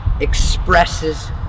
expresses